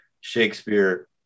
Shakespeare